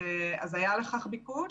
היה לכך ביקוש.